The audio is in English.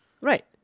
right